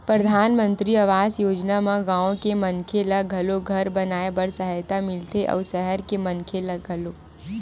परधानमंतरी आवास योजना म गाँव के मनखे ल घलो घर बनाए बर सहायता मिलथे अउ सहर के मनखे ल घलो